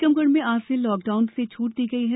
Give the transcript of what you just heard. टीकमगढ मे आज से लॉकडाउन मे छूट दी गई है